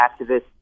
activists